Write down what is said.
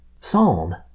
Psalm